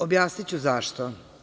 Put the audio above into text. Objasniću zašto.